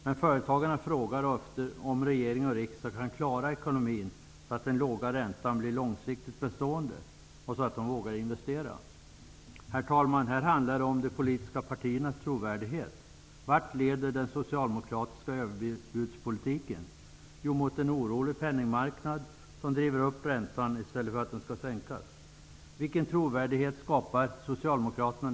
Men företagarna frågar också efter om regering och riksdag kan klara ekonomin, så att den låga räntan blir långsiktigt bestående och så att de vågar investera. Herr talman! Här handlar det om de politiska partiernas trovärdighet. Vart leder den socialdemokratiska överbudspolitiken? Jo, mot en orolig penningmarknad, som driver upp räntan i stället för att sänka den. Vilken trovärdighet skapar socialdemokraterna?